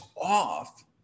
off